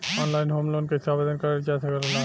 Online home loan कैसे आवेदन करल जा ला?